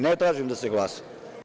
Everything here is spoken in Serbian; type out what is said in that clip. Ne tražim da se glasa.